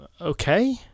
okay